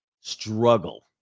Struggle